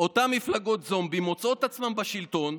אותן מפלגות זומבי מוצאות עצמן בשלטון.